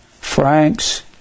Franks